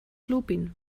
lupin